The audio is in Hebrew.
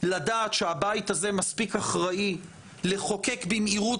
לדעת שהבית הזה מספיק אחראי לחוקק במהירות